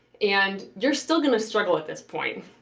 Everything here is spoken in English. and you're still going to struggle at this point.